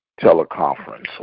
teleconference